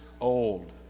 old